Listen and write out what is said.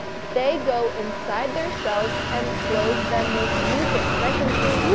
they go inside their shells and close them with mucus and i can see